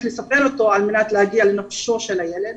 לספר אותו על מנת להגיע לנפשו של הילד,